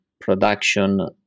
production